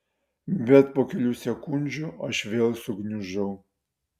bet po kelių sekundžių aš vėl sugniužau